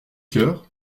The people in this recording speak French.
cœur